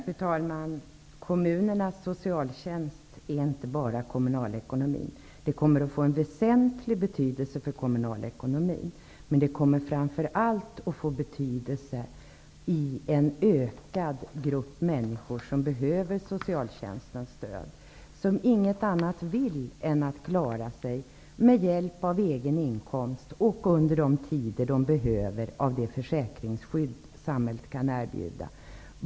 Herr talman! Kommunernas socialtjänst är inte bara kommunalekonomi. Det här kommer att få väsentlig betydelse för den kommunala ekonomin. Men framför allt kommer det att få betydelse genom att den grupp som behöver socialtjänstens stöd blir större. Det enda de här människorna vill är att de skall klara sig med hjälp av egen inkomst och, under den tid då så är erforderligt, också med hjälp av det försäkringsskydd som samhället kan erbjuda.